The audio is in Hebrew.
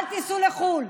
אל תיסעו לחו"ל,